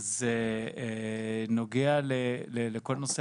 זה נוגע לכל נשוא הפטור.